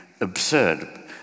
absurd